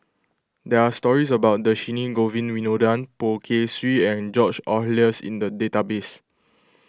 there are stories about Dhershini Govin Winodan Poh Kay Swee and George Oehlers in the database